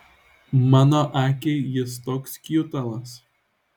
mano akiai jis toks kjutalas